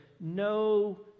no